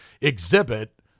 Exhibit